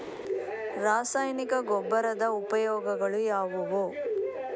ರಾಸಾಯನಿಕ ಗೊಬ್ಬರದ ಉಪಯೋಗಗಳು ಯಾವುವು?